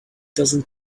doesn’t